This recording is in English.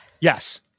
Yes